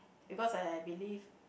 because I believe